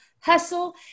hustle